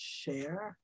share